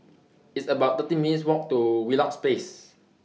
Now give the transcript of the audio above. It's about thirty minutes' Walk to Wheelock Place